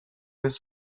jest